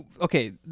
Okay